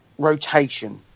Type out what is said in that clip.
rotation